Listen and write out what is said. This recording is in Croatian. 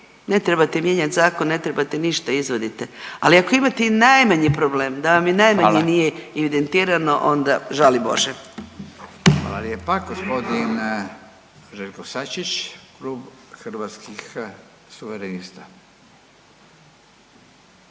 ne trebate mijenjati zakon, ne trebate ništa, izvadite. Ali ako imate i najmanji problem da vam i najmanje nije evidentirano onda žali bože. **Radin, Furio (Nezavisni)** Hvala. Hvala lijepa. Gospodin Željko Sačić, klub Hrvatskih suverenista.